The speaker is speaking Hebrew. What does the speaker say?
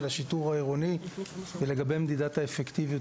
השיטור העירוני ולגבי מדידת האפקטיביות,